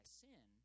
sin